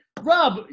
Rob